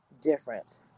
different